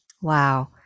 Wow